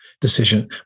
decision